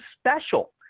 special